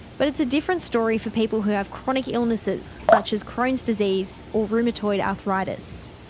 but it is a different story for people who have chronic illnesses such as crohn's disease or rheumatoid arthritis.